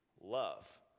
love